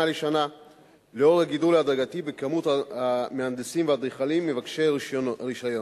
לאור הגידול ההדרגתי במספר המהנדסים והאדריכלים מבקשי הרשיון.